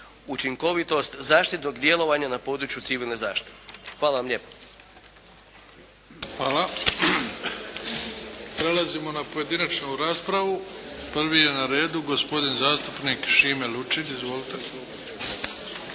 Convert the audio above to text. učinkovitost zaštitnog djelovanja na području civilne zaštite. Hvala vam lijepo. **Bebić, Luka (HDZ)** Hvala. Prelazimo na pojedinačnu raspravu. Prvi je na redu gospodin zastupnik Šime Lučin. Izvolite.